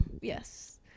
yes